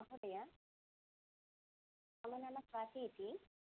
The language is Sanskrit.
महोदया मम नाम स्वाती इति